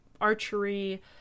archery